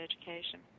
education